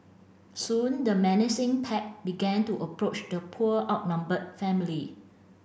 soon the menacing pack began to approach the poor outnumbered family